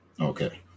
Okay